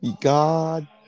God